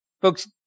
Folks